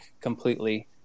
completely